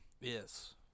Yes